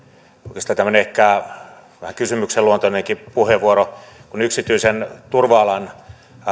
oikeastaan tämmöinen ehkä vähän kysymyksenluontoinenkin puheenvuoro kun yksityisen turva alan